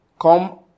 Come